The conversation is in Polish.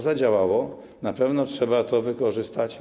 Zadziałało, na pewno trzeba to wykorzystać.